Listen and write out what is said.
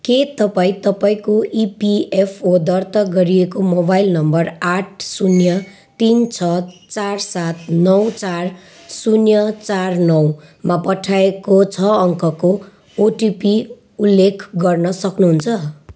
के तपाईँँ तपाईँँको इपिएफओ दर्ता गरिएको मोबाइल नम्बर आठ शून्य तिन छ चार सात नौ चार शून्य चार नौमा पठाइएको छ अङ्कको ओटिपी उल्लेख गर्न सक्नुहुन्छ